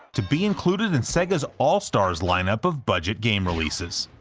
to be included in sega's all-stars lineup of budget game releases.